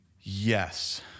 Yes